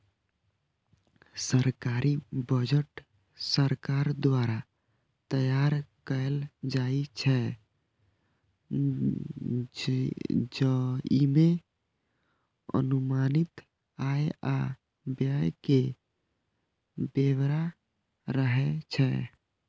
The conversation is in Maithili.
सरकारी बजट सरकार द्वारा तैयार कैल जाइ छै, जइमे अनुमानित आय आ व्यय के ब्यौरा रहै छै